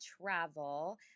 travel